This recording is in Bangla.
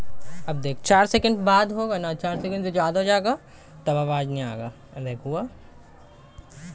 ফল চাষ করার সময় গাছকে ছাঁটাই করতে হয়